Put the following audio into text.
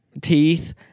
teeth